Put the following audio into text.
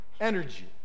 energy